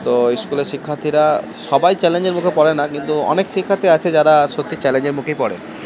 তো ইস্কুলের শিক্ষার্থীরা সবাই চ্যালেঞ্জের মুখে পড়ে না কিন্তু অনেক শিক্ষার্থী আছে যারা সত্যিই চ্যালেঞ্জের মুখেই পড়ে